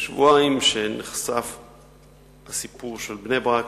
נחשף הסיפור של בני-ברק,